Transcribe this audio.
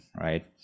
right